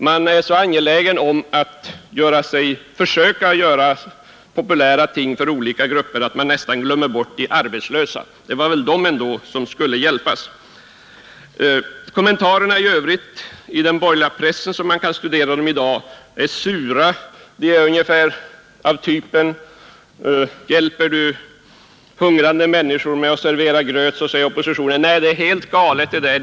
Man är så angelägen att föreslå populära ting för olika grupper att man nästan glömmer bort de arbetslösa. Det var väl de ändå som skulle hjälpas! De kommentarer i övrigt som man kan studera i den borgerliga pressen i dag är sura. Försöker man hjälpa hungrande människor genom att servera gröt, så säger oppositionen: ”Nej, det är helt galet det där.